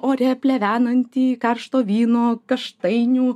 ore plevenantį karšto vyno kaštainių